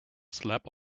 slap